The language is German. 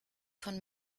von